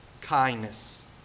kindness